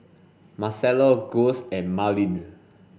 Marcelo Gus and Marlin